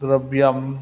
द्रव्यम्